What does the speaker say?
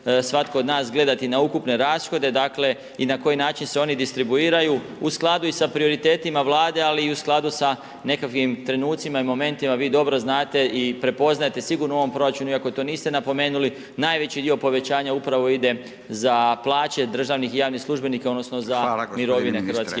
svatko od nas gledati na ukupne rashode, dakle i na koji način se oni distribuiraju, u skladu i sa prioritetima Vlade, ali i u skladu sa nekakvim trenucima i momentima, vi dobro znate i prepoznajete sigurno u ovom proračun iako to niste napomenuli najveći dio povećanja upravo ide za plaće državnih i javnih službenika odnosno …/Upadica: Hvala,